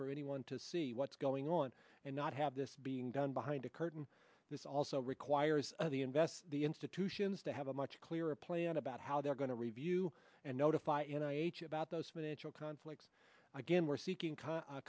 for anyone to see what's going on and not have this being done behind a curtain this also requires the invest the institutions to have a much clearer plan about how they're going to review and notify about those financial conflicts again we're seeking